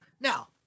Now